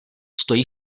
stojí